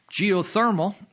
geothermal